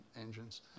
engines